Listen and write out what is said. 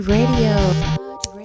Radio